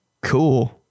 cool